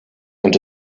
and